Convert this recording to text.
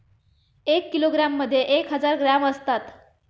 एक किलोग्रॅममध्ये एक हजार ग्रॅम असतात